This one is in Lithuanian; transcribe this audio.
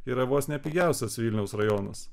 yra vos ne pigiausias vilniaus rajonas